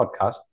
podcast